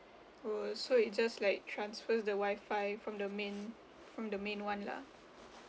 oh so it's just like transfer the Wi-Fi from the main from the main one lah